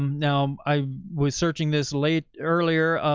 now i was searching this late, earlier,